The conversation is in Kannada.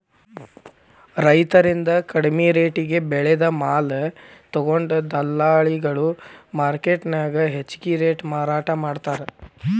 ರೈತರಿಂದ ಕಡಿಮಿ ರೆಟೇಗೆ ಬೆಳೆದ ಮಾಲ ತೊಗೊಂಡು ದಲ್ಲಾಳಿಗಳು ಮಾರ್ಕೆಟ್ನ್ಯಾಗ ಹೆಚ್ಚಿಗಿ ರೇಟಿಗೆ ಮಾರಾಟ ಮಾಡ್ತಾರ